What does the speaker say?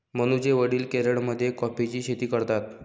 मनूचे वडील केरळमध्ये कॉफीची शेती करतात